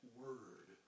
word